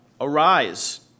arise